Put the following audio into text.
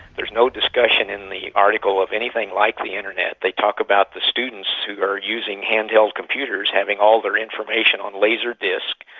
there is no discussion in the article of anything like the internet. they talk about the students who are using hand-held computers, having all their information on laserdisc,